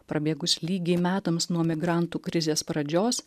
prabėgus lygiai metams nuo migrantų krizės pradžios